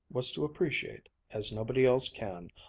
was to appreciate, as nobody else can,